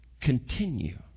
continue